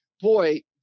boy